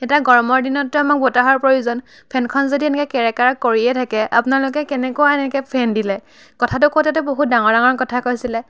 এতিয়া গৰমৰ দিনততো আমাক বতাহৰ প্ৰয়োজন ফেনখন যদি এনেকৈ কেৰেক কাৰাক কৰিয়েই থাকে আপোনালোকে কেনেকুৱা এনেকৈ ফেন দিলে কথাটো কওঁতেতো বহুত ডাঙৰ ডাঙৰ কথা কৈছিল